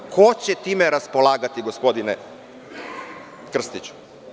Ko će time raspolagati, gospodine Krstiću?